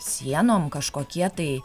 sienom kažkokie tai